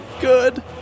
good